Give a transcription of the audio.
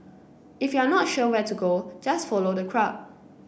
if you're not sure where to go just follow the crowd